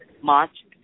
March